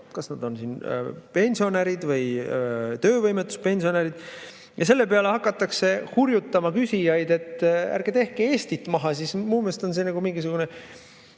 nad on kas pensionärid või töövõimetuspensionärid, ja selle peale hakatakse hurjutama küsijaid, et ärge tehke Eestit maha, siis minu meelest on siin nagu mingisugune